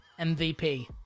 MVP